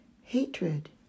hatred